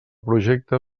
projecte